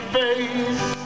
face